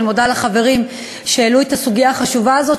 אני מודה לחברים שהעלו את הסוגיה החשובה הזאת.